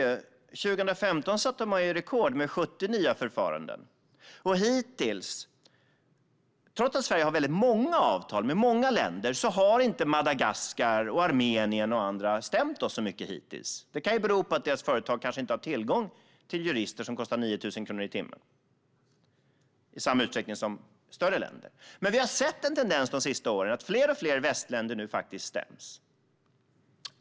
År 2015 satte man rekord med 70 nya förfaranden. Hittills, trots att Sverige har många avtal med många länder, har inte Madagaskar, Armenien eller andra stämt oss. Det kan bero på att deras företag kanske inte har tillgång till jurister som kostar 9 000 kronor i timmen i samma utsträckning som företag i större länder. Men vi har sett en tendens de sista åren att fler och fler västländer nu faktiskt stäms.